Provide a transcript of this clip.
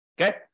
Okay